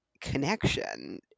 connection